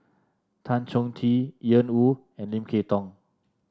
Tan Chong Tee Ian Woo and Lim Kay Tong